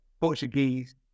Portuguese